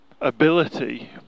ability